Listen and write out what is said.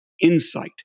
insight